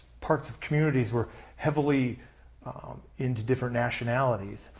parts of communities were heavily in to different nationalities.